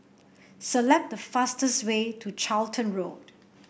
select the fastest way to Charlton Road